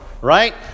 right